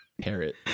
Parrot